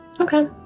Okay